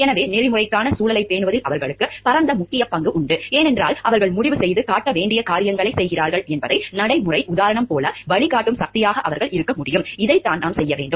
எனவே நெறிமுறையான சூழலைப் பேணுவதில் அவர்களுக்குப் பரந்த முக்கியப் பங்கு உண்டு ஏனென்றால் அவர்கள் முடிவுசெய்து காட்ட வேண்டிய காரியங்களைச் செய்கிறார்கள் என்பதை நடைமுறை உதாரணம் போல வழிகாட்டும் சக்தியாக அவர்கள் இருக்க முடியும் இதைத்தான் நாம் செய்ய வேண்டும்